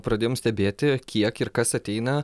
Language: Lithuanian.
pradėjom stebėti kiek ir kas ateina